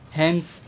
hence